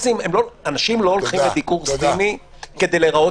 אנשים לא הולכים לדיקור סיני כדי להיראות